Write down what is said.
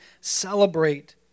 celebrate